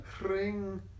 ring